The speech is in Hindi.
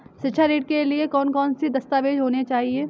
शिक्षा ऋण के लिए कौन कौन से दस्तावेज होने चाहिए?